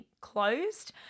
closed